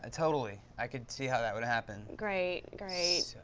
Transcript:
ah totally. i could see how that would happen. great, great.